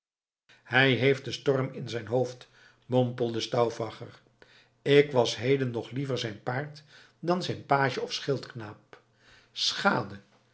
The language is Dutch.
hij heeft den storm in het hoofd mompelde stauffacher ik was heden nog liever zijn paard dan zijn page of schildknaap schade